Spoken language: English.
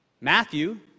Matthew